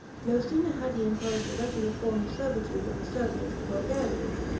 no sooner had he imposed a regular form of servitude on the servians and bulgarians,